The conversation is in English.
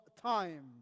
time